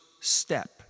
step